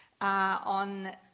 On